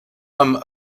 amb